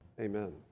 Amen